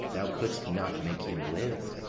thou couldst not make him live.